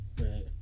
Right